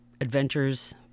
adventures